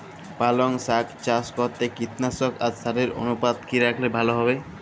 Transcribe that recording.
পালং শাক চাষ করতে কীটনাশক আর সারের অনুপাত কি রাখলে ভালো হবে?